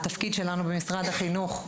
התפקיד שלנו במשרד החינוך,